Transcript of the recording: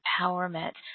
empowerment